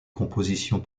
compositions